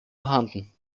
vorhanden